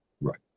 right